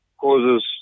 causes